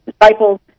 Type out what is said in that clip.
disciples